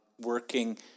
working